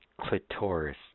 Clitoris